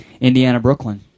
Indiana-Brooklyn